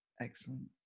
Excellent